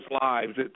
lives